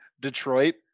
Detroit